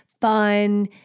fun